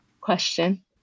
question